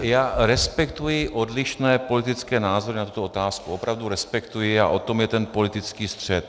Já respektuji odlišné politické názory na tuto otázku, opravdu je respektuji, a o tom je ten politický střet.